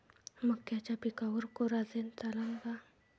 मक्याच्या पिकावर कोराजेन चालन का?